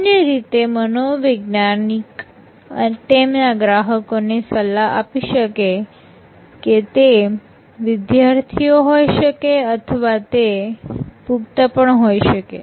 સામાન્ય રીતે મનોવૈજ્ઞાનિક તેમના ગ્રાહકોને સલાહ આપી શકે છે તે વિદ્યાર્થીઓ હોય શકે અથવા તે પુખ્ત પણ હોય શકે